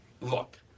Look